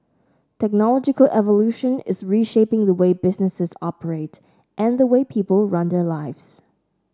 technological evolution is reshaping the way businesses operate and the way people run their lives